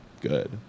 good